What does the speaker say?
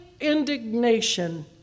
indignation